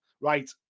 Right